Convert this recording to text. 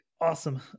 awesome